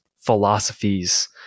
philosophies